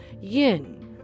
yin